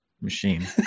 machine